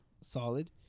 solid